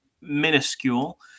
minuscule